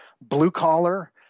blue-collar